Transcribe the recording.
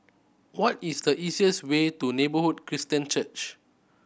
what is the easiest way to Neighbourhood Christian Church